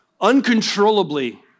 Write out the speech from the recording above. uncontrollably